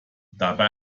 dabei